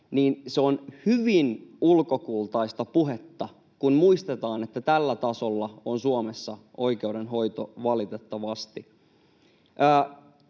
se on hyvin ulkokultaista puhetta, kun muistetaan, että tällä tasolla on Suomessa oikeudenhoito, valitettavasti.